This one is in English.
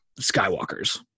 Skywalkers